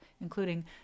including